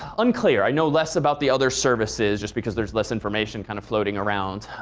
unclear. i know less about the other services just because there's less information kind of floating around.